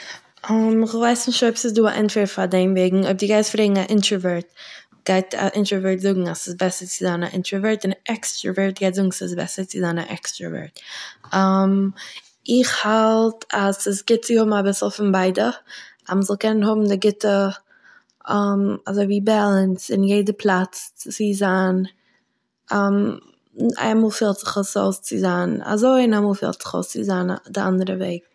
כ'ווייס נישט אויב ס'איז דא א ענטפער פאר דעם, וועגן אויב דו גייסט פרעגן א אינטראווערט, גייט א אינטראווערט זאגן אז ס'איז בעסער צו זיין א אינטראווערט און א עקסטרווערט גייט זאגן ס'איז בעסער צו זיין א עקסטראווערט, איך האלט אז ס'איז גוט צו האבן אביסל פון ביידע, אז מ'זאל קענען האבן די גוטע אזויווי באלאנס אין יעדע פלאץ צו זיין אמאל פעלט זיך אויס צו זיין אזוי און אמאל פעלט זיך אויס צו זיין א- די אנדערע וועג